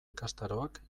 ikastaroak